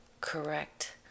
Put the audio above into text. correct